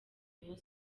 rayon